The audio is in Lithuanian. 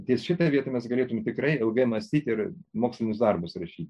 ties šita vieta mes galėtume tikrai ilgai mąstyti ir mokslinius darbus rašyti